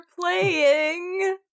playing